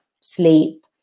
sleep